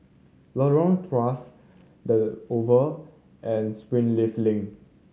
Lorong Tawas The Oval and Springleaf Link